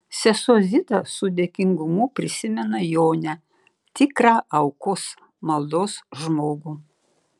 sesuo zita su dėkingumu prisimena jonę tikrą aukos maldos žmogų